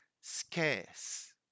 Scarce